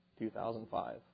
2005